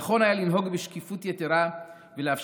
נכון היה לנהוג בשקיפות יתרה ולאפשר